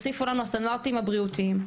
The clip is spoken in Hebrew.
אוסיף לסטנדרטים הבריאותיים,